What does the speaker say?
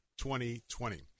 2020